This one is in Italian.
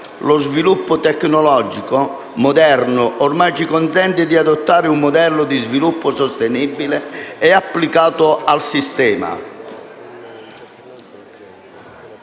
Lo sviluppo tecnologico moderno ormai ci consente di adottare un modello di sviluppo sostenibile applicato al sistema